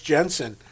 Jensen